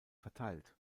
verteilt